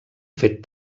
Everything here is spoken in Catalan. fet